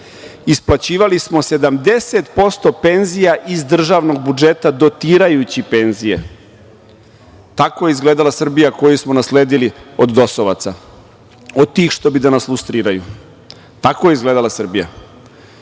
isplaćivali smo 70% penzija iz državnog budžeta, dotirajući penzije. Tako je izgledala Srbija koju smo nasledili od DOS-ovaca, od tih što bi da nas lustriraju. Tako je izgledala Srbija. Danas